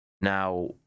Now